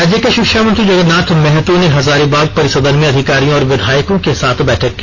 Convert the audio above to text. राज्य के शिक्षा मंत्री जगरन्नाथ महतो ने हजारीबाग परिसदन में अधिकारियों और विधायकों के साथ बैठक की